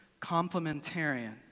complementarian